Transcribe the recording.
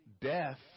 death